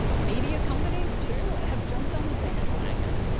media companies, too, have jumped on the bandwagon.